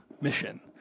mission